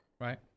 right